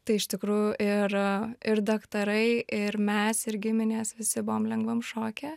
tai iš tikrųjų ir ir daktarai ir mes ir giminės visi buvom lengvam šoke